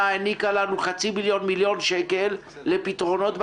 העניקה לנו 1-0.5 מיליון שקלים לפתרונות בקהילה.